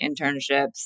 internships